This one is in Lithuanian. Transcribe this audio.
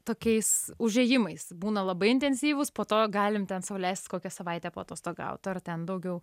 tokiais užėjimais būna labai intensyvūs po to galim sau leist kokią savaitę paatostogaut ar ten daugiau